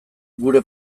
gure